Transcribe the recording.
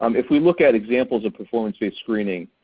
um if we look at examples of performance-based screening,